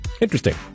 Interesting